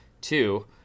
Two